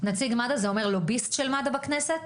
נציג מד"א זה אומר לוביסט של מד"א בכנסת?